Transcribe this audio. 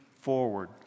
forward